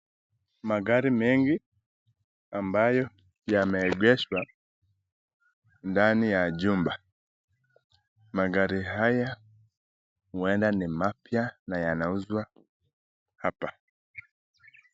Magari mengi ambayo yameegeshwa ndani ya jumba. Magari haya ueda ni mapya na yanauzwa hapa.